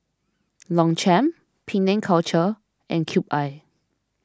Longchamp Penang Culture and Cube I